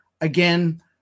again